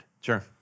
Sure